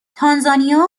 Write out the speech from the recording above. تانزانیا